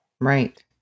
Right